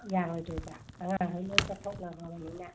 ꯌꯥꯔꯣꯏꯗꯣꯏꯕ ꯑꯉꯥꯡ ꯃꯈꯩ ꯂꯣꯏꯅ ꯆꯠꯊꯣꯛꯅꯈ꯭ꯔꯕꯅꯤꯅ